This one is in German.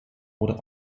oder